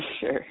sure